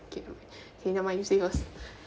okay never mind you say yours